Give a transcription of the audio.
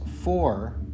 four